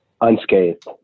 Unscathed